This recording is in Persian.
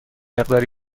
مقداری